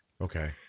Okay